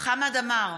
חמד עמאר,